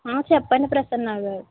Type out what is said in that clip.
ఆ చెప్పండి ప్రసన్నగారు